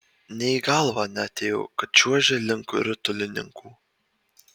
nė į galvą neatėjo kad čiuožia link ritulininkų